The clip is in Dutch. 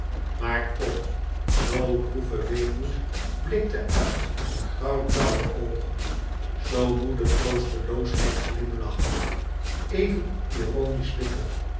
maar toch zoo droeve weemoed blikte uit de grauwblauwe oogen zoo moede troosteloosheid glimlachte even ironiesch bitter